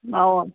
ꯑꯧ